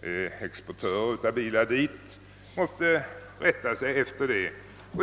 de som exporterar bilar dit måste rätta sig efter dessa bestämmelser.